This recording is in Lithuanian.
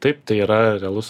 taip tai yra realus